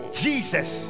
jesus